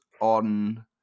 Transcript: on